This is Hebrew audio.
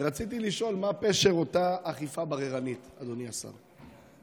רציתי לשאול מה פשר אותה אכיפה בררנית, אדוני השר.